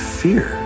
fear